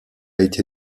été